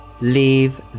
leave